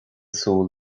súil